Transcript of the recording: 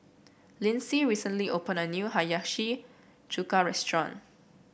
Lynsey recently opened a new Hiyashi Chuka restaurant